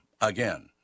Again